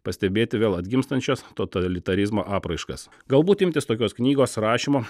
pastebėti vėl atgimstančias totalitarizmo apraiškas galbūt imtis tokios knygos rašymo